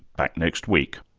back next week